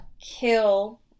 Kill